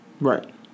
Right